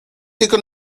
tylko